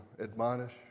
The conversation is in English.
admonish